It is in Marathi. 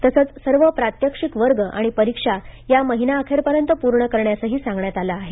तसंच सर्व प्रात्यक्षिक वर्ग आणि परीक्षा या महिना अखेरीपर्यंत पूर्ण करण्यासही सांगण्यात आलं आहे